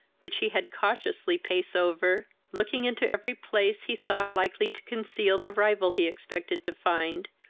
which he had cautiously pace over, looking into every place he thought likely to conceal the rival he expected to find,